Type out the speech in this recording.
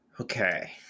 Okay